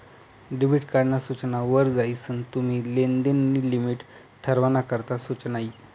debit card ना सूचना वर जायीसन तुम्ही लेनदेन नी लिमिट ठरावाना करता सुचना यी